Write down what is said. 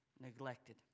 neglected